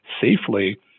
safely